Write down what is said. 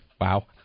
Wow